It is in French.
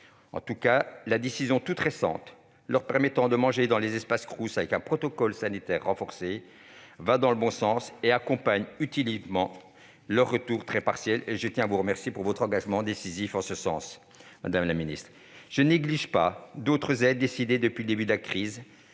En tout cas, la toute récente décision qui leur permet de manger dans les espaces des Crous avec un protocole sanitaire renforcé va dans le bon sens et accompagne utilement le retour très partiel. Je tiens à vous remercier de votre engagement décisif en ce sens, madame la ministre. Je ne néglige pas d'autres aides décidées depuis le début de la crise,